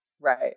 Right